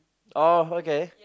oh okay